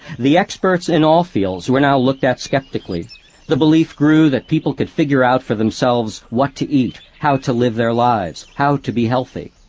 the experts in all fields were now looked at skeptically the belief grew that people could figure out for themselves what to eat, how to live their lives, how to be healthy.